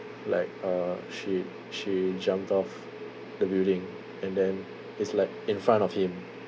like uh she she jumped off the building and then it's like in front of him